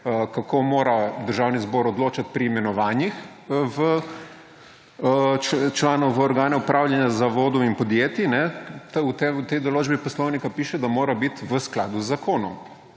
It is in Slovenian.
kako mora Državni zbor odločat pri imenovanjih članov v organe upravljanja zavodov in podjetij. V tej določbi Poslovnika piše, da mora bit v skladu z zakonom.